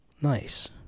Nice